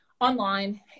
online